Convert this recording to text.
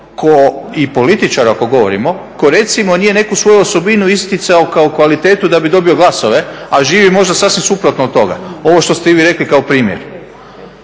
nekom i političaru ako govorimo, ko recimo nije neku svoju osobinu isticao kao kvalitetu da bi dobio glasove, a živi možda sasvim suprotno od toga, ovo što ste i vi rekli kao primjer.